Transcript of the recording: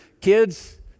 kids